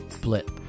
Blip